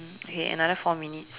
mm okay another four minutes